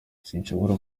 sinshobora